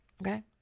Okay